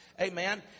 Amen